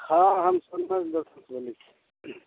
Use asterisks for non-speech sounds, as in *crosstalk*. हाँ हम *unintelligible* बोलय छी